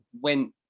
went